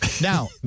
Now